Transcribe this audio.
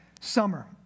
summer